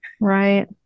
right